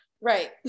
right